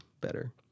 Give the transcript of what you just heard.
better